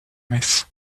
messes